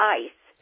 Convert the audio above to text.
ice